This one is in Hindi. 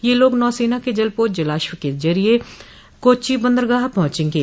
ये लोग नौसेना के जलपोत जलाश्व के जरिये कोच्चि बंदरगाह पंहुचेंगे